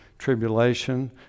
tribulation